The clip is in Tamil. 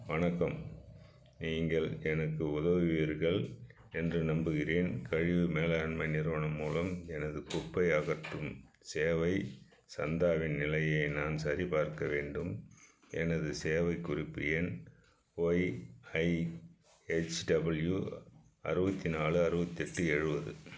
வணக்கம் நீங்கள் எனக்கு உதவுவீர்கள் என்று நம்புகிறேன் கழிவு மேலாண்மை நிறுவனம் மூலம் எனது குப்பை அகற்றும் சேவை சந்தாவின் நிலையை நான் சரிபார்க்க வேண்டும் எனது சேவைக் குறிப்பு எண் ஒய்ஐஹெச்டபுள்யூ அறுபத்தி நாலு அறுபத்தி எட்டு எழுபது